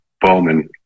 Bowman